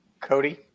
Cody